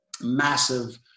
massive